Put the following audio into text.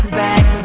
back